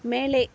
மேலே